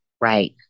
Right